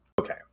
Okay